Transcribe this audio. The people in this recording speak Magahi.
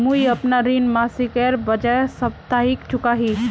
मुईअपना ऋण मासिकेर बजाय साप्ताहिक चुका ही